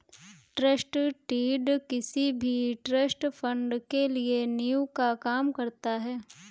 trust deed किसी भी trust fund के लिए नीव का काम करता है